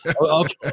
okay